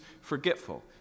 forgetful